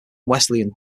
wesleyan